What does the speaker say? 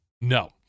No